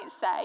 say